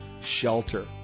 shelter